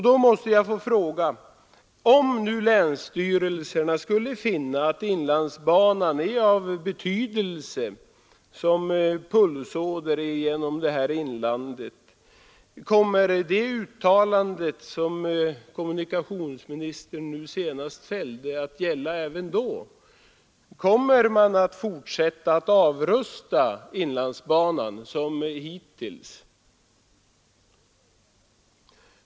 Då måste jag få fråga: Om nu länsstyrelserna skulle finna att inlandsbanan är av betydelse som pulsåder genom inlandet, kommer det uttalande som kommunikationsministern nu senast gjorde att gälla även då? Kommer man att fortsätta att avrusta inlandsbanan som hittills?